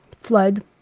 flood